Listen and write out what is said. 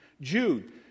Jude